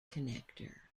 connector